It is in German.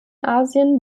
asien